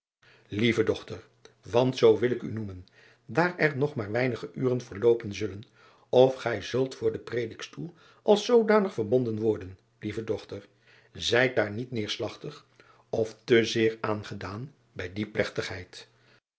ieve dochter want zoo wil ik u noemen daar er nog maar weinige uren verloopen zullen of gij zult voor den predikstoel als zoodanig driaan oosjes zn et leven van aurits ijnslager verbonden worden lieve dochter ijt daar niet neerslagtig of te zeer aangedaan bij die plegtigheid